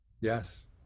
yes